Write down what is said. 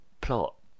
plot